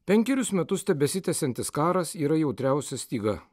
penkerius metus tebesitęsiantis karas yra jautriausia styga